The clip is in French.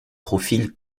profils